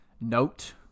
Note